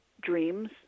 dreams